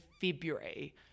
February